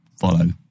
follow